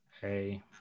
Hey